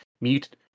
mute